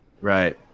Right